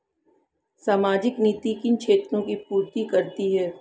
सामाजिक नीति किन क्षेत्रों की पूर्ति करती है?